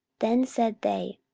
then said they,